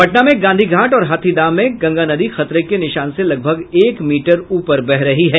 पटना में गांधी घाट और हाथीदह में गंगा नदी खतरे के निशान से लगभग एक मीटर ऊपर बह रही है